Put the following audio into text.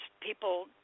people